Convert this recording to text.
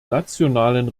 nationalen